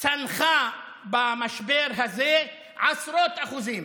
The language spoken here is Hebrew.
צנחה במשבר הזה בעשרות אחוזים,